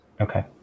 Okay